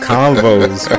Convo's